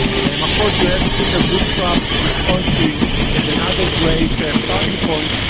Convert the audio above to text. um of course, you have twitter bootstrap responsive as another great starting point.